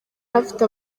afite